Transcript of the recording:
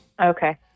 okay